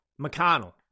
McConnell